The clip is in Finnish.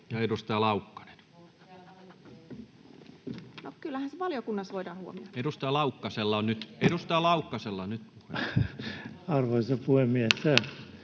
— Veronika Honkasalo: No, kyllähän se valiokunnassa voidaan huomioida!] — Edustaja Laukkasella on nyt puheenvuoro. Arvoisa puhemies!